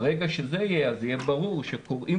ברגע שזה יהיה אז יהיה ברור שקוראים